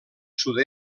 sud